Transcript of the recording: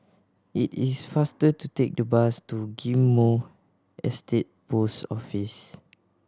it is faster to take the bus to Ghim Moh Estate Post Office